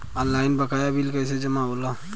Online बकाया bill कैसे जमा होला?